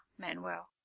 Manuel